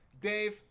Dave